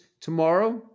tomorrow